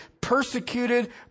persecuted